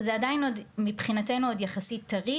זה עדיין מבחינתנו עוד יחסית טרי,